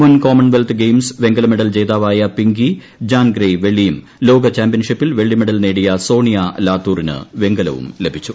മുൻ Commonwealth Games വെങ്കല medal ജേതാവായ പിങ്കി ജാൻഗ്രയ് വെള്ളിയും ലോക ചാമ്പ്യൻഷിപ്പിൽ വെള്ളി മെഡൽ നേടിയ സോണിയാ ലാത്തൂറിന് വെങ്കലവുള്ള ലഭിച്ചു